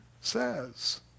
says